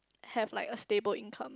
have like a stable income